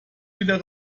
wieder